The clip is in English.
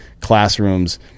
classrooms